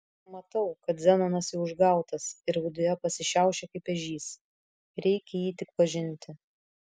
matau kad zenonas jau užgautas ir viduje pasišiaušė kaip ežys reikia jį tik pažinti